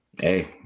hey